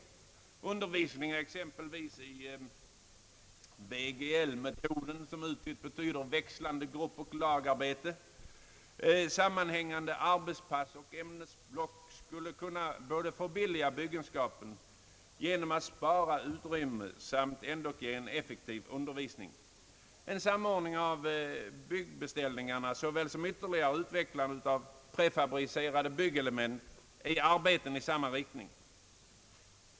Undervisningen enligt VGL-metoden — växlande gruppoch lagarbete — samt sammanhängande arbetspass och ämnesblock skulle kunna både förbilliga byggenskapen genom att spara utrymme och ändock ge effektiv undervisning. En samordning av byggbeställningarna såväl som ytterligare utvecklande av prefabricerade byggelement är strävanden i samma riktning.